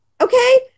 okay